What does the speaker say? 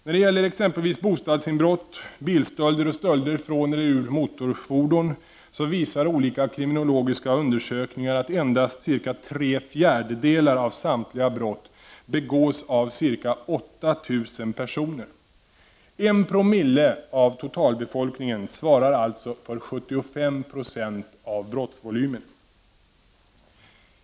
När det gäller exempelvis bostadsinbrott, bilstölder och stölder från eller ur motorfordon visar olika kriminologiska undersökningar att cirka tre fjärdedelar av samtliga brott begås av ca 8000 personer. En promille av totalbefolkningen svarar alltså för 75 20 av brottsvolymen.